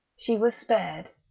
she was spared.